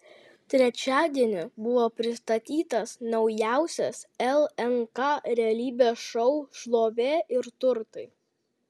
trečiadienį buvo pristatytas naujausias lnk realybės šou šlovė ir turtai